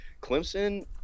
Clemson